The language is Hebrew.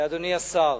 אדוני השר,